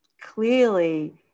clearly